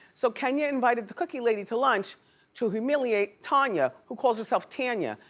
so kenya invited the cookie lady to lunch to humiliate tanya, who calls herself tanya.